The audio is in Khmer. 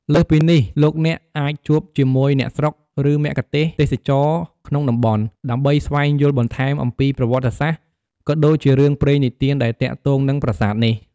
លើសពីនេះលោកអ្នកអាចជួបជាមួយអ្នកស្រុក ឬមគ្គទេសក៍ទេសចរណ៍ក្នុងតំបន់ ដើម្បីស្វែងយល់បន្ថែមអំពីប្រវត្តិសាស្ត្រ ក៏ដូចជារឿងព្រេងនិទានដែលទាក់ទងនឹងប្រាសាទនេះ។